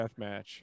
Deathmatch